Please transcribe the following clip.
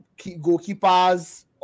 goalkeepers